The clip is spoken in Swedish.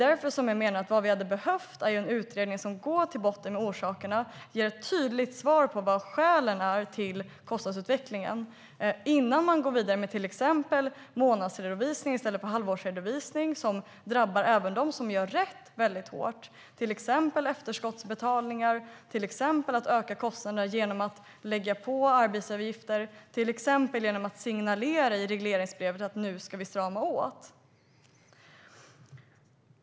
Vad vi hade behövt är en utredning som går till botten med kostnadsutvecklingen och skälen till den innan man går vidare med till exempel månadsredovisning i stället för halvårsredovisning, som drabbar även dem som gör rätt väldigt hårt, med efterskottsbetalningar, med att öka kostnaderna genom att lägga på arbetsgivaravgifter och genom att signalera i regleringsbrevet att nu ska vi strama åt.